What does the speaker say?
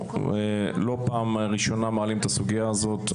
זו לא הפעם הראשונה שאנחנו מעלים את הסוגייה הזאת,